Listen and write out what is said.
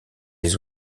les